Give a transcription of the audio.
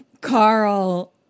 Carl